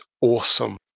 awesome